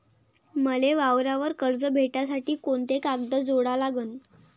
मले वावरावर कर्ज भेटासाठी कोंते कागद जोडा लागन?